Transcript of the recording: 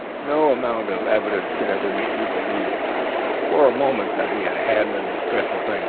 no amount of evidence could ever make me believe for a moment that he had a hand in this dreadful thing